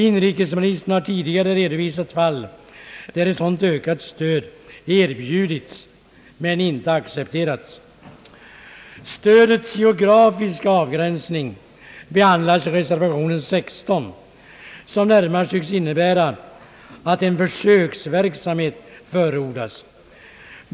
Inrikesministern har tidigare redovisat fall där ett sådant ökat stöd erbjudits men inte accepterats. Stödets geografiska avgränsning behandlas i reservation 16, som närmast tycks innebära att man förordar en försöksverksamhet.